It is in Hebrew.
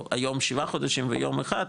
או היום שבעה חודשים ויום אחד,